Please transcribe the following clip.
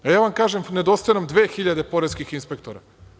Ja vam kažem, nedostaje nam 2000 poreskih inspektora.